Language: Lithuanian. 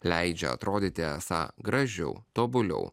leidžia atrodyti esą gražiau tobuliau